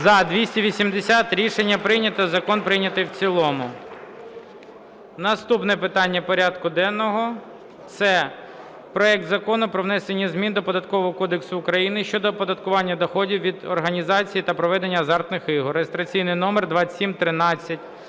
За-280 Рішення прийнято. Закон прийнятий в цілому. Наступне питання порядку денного – це проект Закону про внесення змін до Податкового кодексу України щодо оподаткування доходів від організації та проведення азартних ігор (реєстраційний номер 2713).